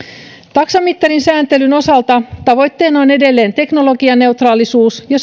taksamittarin sääntelyn osalta tavoitteena on edelleen teknologianeutraalisuus ja